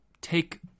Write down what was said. take